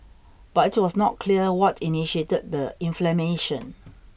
but it was not clear what initiated the inflammation